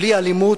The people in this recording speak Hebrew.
בלי אלימות,